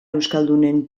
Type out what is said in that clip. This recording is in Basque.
euskaldunen